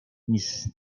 niż